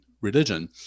religion